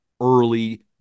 early